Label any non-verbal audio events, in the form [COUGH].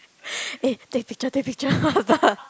[BREATH] eh take picture take picture of the